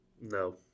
No